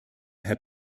herr